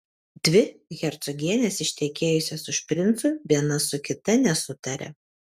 dvi hercogienės ištekėjusios už princų viena su kita nesutaria